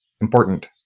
important